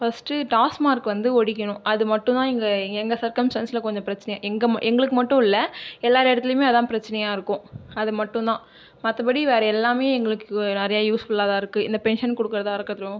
first Tasmac வந்து ஒழிக்கணும் அதுமட்டும்தான் எங்க எங்கள் சர்கம்ஸ்டன்ஸில் கொஞ்சம் பிரச்சனை எங்க எங்களுக்கு மட்டும் இல்லை எல்லார் இடத்திலையுமே அதான் பிரச்சனையாக இருக்கும் அதை மட்டும்தான் மத்தபடி வேறயெல்லாமே எங்களுக்கு நிறைய யூஸ்ஃபுல்லாதான் இருக்கு இந்த பென்ஷன் கொடுக்குறதாக இருக்கட்டும்